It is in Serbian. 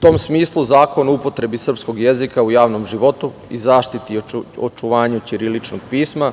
tom smislu, Zakon o upotrebi srpskog jezika u javnom životu i zaštiti i očuvanju ćiriličnog pisma,